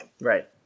Right